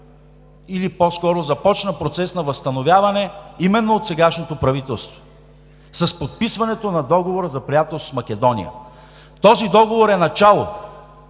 или по-скоро започна процес на възстановяване именно от сегашното правителство с подписването на Договора за приятелство с Македония. Този договор е начало.